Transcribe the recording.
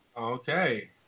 Okay